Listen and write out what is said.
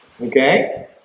Okay